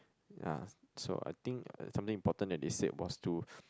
ya so I think uh something important that they said was to